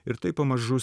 ir taip pamažu